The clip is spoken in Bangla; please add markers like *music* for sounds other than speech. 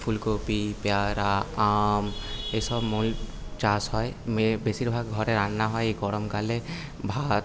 ফুলকপি পেয়ারা আম এইসব *unintelligible* চাষ হয় *unintelligible* বেশিরভাগ ঘরে রান্না হয় এই গরমকালে ভাত